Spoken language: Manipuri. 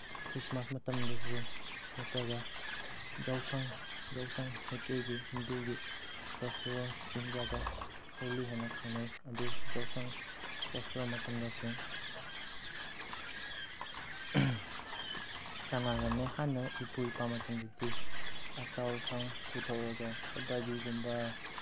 ꯈ꯭ꯔꯤꯁꯃꯥꯁ ꯃꯇꯝꯗꯁꯨ ꯅꯠꯇ꯭ꯔꯒ ꯌꯥꯎꯁꯪ ꯌꯥꯎꯁꯪ ꯃꯩꯇꯩꯒꯤ ꯍꯤꯟꯗꯨꯒꯤ ꯐꯦꯁꯇꯤꯚꯦꯜ ꯏꯟꯗꯤꯌꯥꯗ ꯍꯣꯂꯤ ꯍꯥꯏꯅ ꯈꯪꯅꯩ ꯑꯗꯨ ꯌꯥꯎꯁꯪ ꯐꯦꯁꯇꯤꯚꯦꯜ ꯃꯇꯝꯗꯁꯨ ꯁꯥꯟꯅꯔꯝꯃꯦ ꯍꯥꯟꯅ ꯏꯄꯨ ꯏꯄꯥ ꯃꯇꯝꯗꯗꯤ ꯑꯆꯧ ꯑꯁꯥꯡ ꯄꯨꯊꯣꯛꯂꯒ ꯀꯕꯥꯗꯤꯒꯨꯝꯕ